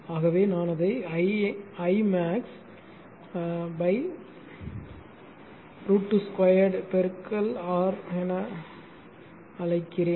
ஆகவே நான் அதை I max √ 2 2 பெருக்கல் R ஆக அழைக்கிறேன்